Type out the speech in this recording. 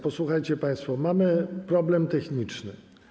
Posłuchajcie państwo, mamy problem techniczny.